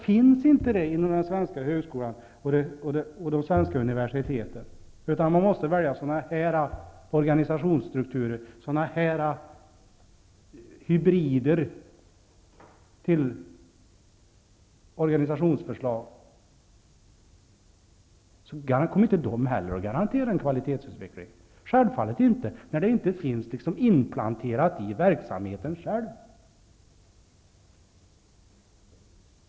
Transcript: Finns den delen inte inom den svenska högskolan och de svenska universiteten, utan man måste välja sådana här organisationsstrukturer, sådana här hybrider till organisationsförslag, kommer inte de heller att garantera en kvalitetsutveckling, självfallet inte, när de inte finns inplanterade i verksamheten själv.